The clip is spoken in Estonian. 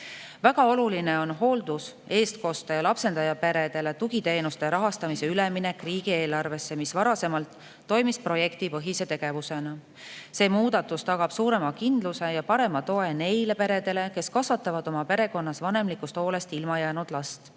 ning koostööl. Hooldus‑, eestkoste‑ ja lapsendajaperedele on väga oluline tugiteenuste rahastamise üleminek riigieelarvesse – varasemalt toimis see projektipõhise tegevusena. See muudatus tagab suurema kindluse ja parema toe neile peredele, kes kasvatavad oma perekonnas vanemlikust hoolest ilmajäänud last,